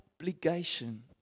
obligation